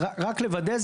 רק לוודא,